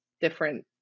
different